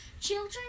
children